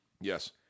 Yes